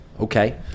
okay